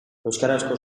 euskarazko